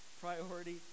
priority